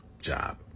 job